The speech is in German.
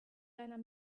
deiner